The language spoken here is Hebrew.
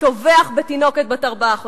טובח תינוקת בת ארבעה חודשים.